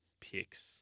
picks